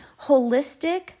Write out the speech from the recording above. Holistic